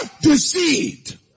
deceived